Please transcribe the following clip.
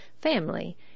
family